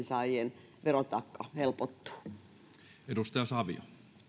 saajien verotaakka helpottuu